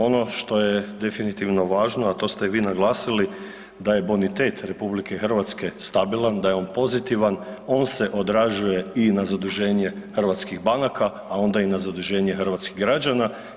Ono što je definitivno važno, a to ste i vi naglasili, da je bonitet RH stabilan, da je on pozitivan, on se odražuje i na zaduženje hrvatskih banaka, a onda i na zaduženje hrvatskih građana.